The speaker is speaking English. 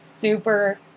super